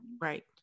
Right